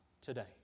today